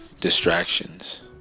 distractions